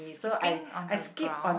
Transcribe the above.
skipping on the ground